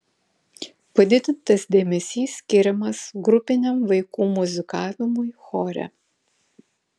padidintas dėmesys skiriamas grupiniam vaikų muzikavimui chore